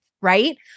Right